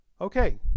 okay